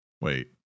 Wait